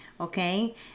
Okay